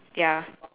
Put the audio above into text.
ya